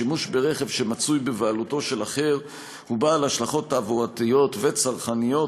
שימוש ברכב שבבעלותו של אחר הוא בעל השלכות תעבורתיות וצרכניות,